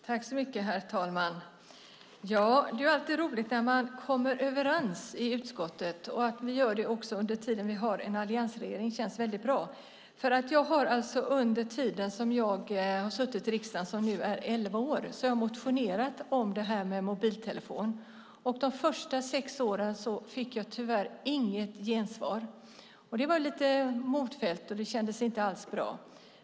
Herr talman! Det är alltid roligt när man kommer överens i utskottet. Att vi också gör det när vi har en alliansregering känns väldigt bra. Under den tid som jag har suttit i riksdagen, som nu är elva år, har jag motionerat om detta med mobiltelefon. De första sex åren fick jag tyvärr inget gensvar. Då blev jag lite modfälld, och det kändes inte alls bra.